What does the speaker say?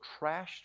trashed